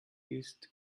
ist